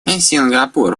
сингапур